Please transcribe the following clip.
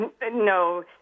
no